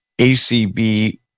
acb